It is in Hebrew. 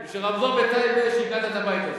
בשביל רמזור בטייבה שיגעת את הבית הזה.